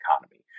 economy